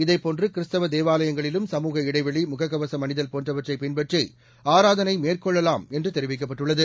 இதேபோன்று கிறிஸ்தவ தேவாலயங்களிலும் சமூக இடைவெளி முகக்கவசம் அணிதல் போன்றவற்றை பின்பற்றி ஆராதனை மேற்கொள்ளலாம் என்று தெரிவிக்கப்பட்டுள்ளது